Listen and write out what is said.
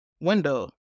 window